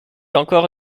encore